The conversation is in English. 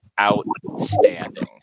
outstanding